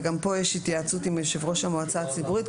וגם פה יש התייעצות עם יושב-ראש המועצה הציבורית,